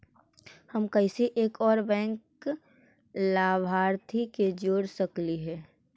हम कैसे एक और बैंक लाभार्थी के जोड़ सकली हे?